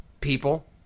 People